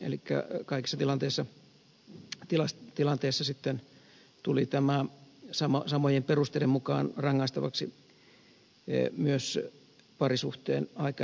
elikkä kaikissa tilanteissa sitten tuli tämä samojen perusteiden mukaan rangaistavaksi myös parisuhteenaikainen väkivalta